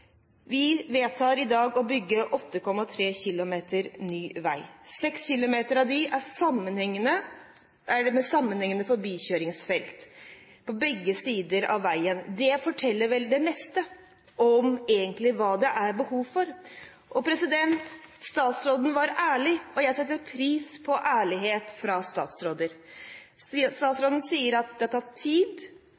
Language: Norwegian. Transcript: Vi vedtar i dag å bygge 8,3 km ny vei. 6 km av dem er med sammenhengende forbikjøringsfelt på begge sider av veien. Det forteller vel det meste om hva det egentlig er behov for. Statsråden var ærlig, og jeg setter pris på ærlighet fra statsråder.